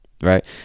right